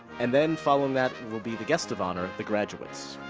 and then following that will be the guests of honor, the graduates.